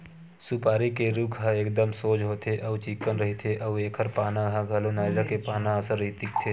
सुपारी के रूख ह एकदम सोझ होथे अउ चिक्कन रहिथे अउ एखर पाना ह घलो नरियर के पाना असन दिखथे